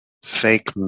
Fake